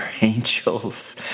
angels